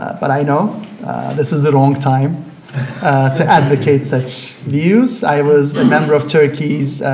but i know this is the wrong time to advocate such views. i was a member of turkey's